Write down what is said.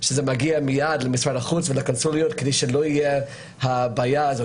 שזה מגיע מיד למשרד החוץ ולקונסוליות כדי שלא תהיה הבעיה הזאת?